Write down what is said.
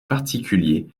particulier